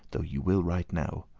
though ye will right now.